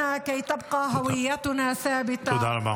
תודה.